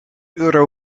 euro